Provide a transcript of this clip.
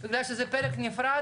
זה היה מאוד הגיוני,